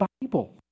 Bible